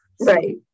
right